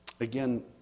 Again